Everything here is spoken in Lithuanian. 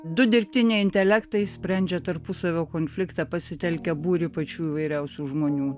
du dirbtiniai intelektai sprendžia tarpusavio konfliktą pasitelkę būrį pačių įvairiausių žmonių